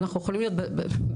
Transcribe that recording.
אנחנו יכולים להיות במניעה.